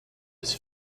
his